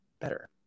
better